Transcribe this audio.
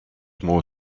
more